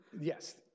Yes